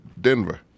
Denver